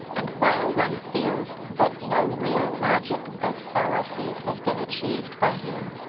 and while one feels that no real logic of fallacies has been achieved by him,